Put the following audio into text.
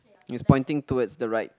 he's pointing towards the right